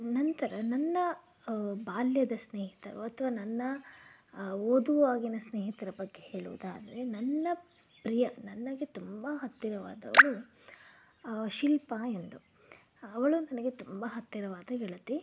ನಂತರ ನನ್ನ ಬಾಲ್ಯದ ಸ್ನೇಹಿತರು ಅಥವಾ ನನ್ನ ಓದುವಾಗಿನ ಸ್ನೇಹಿತರ ಬಗ್ಗೆ ಹೇಳುವುದಾದರೆ ನನ್ನ ಪ್ರಿಯ ನನಗೆ ತುಂಬ ಹತ್ತಿರವಾದವಳು ಶಿಲ್ಪಾ ಎಂದು ಅವಳು ನನಗೆ ತುಂಬ ಹತ್ತಿರವಾದ ಗೆಳತಿ